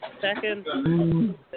Second